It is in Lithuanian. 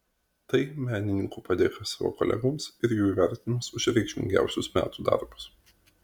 tai menininkų padėka savo kolegoms ir jų įvertinimas už reikšmingiausius metų darbus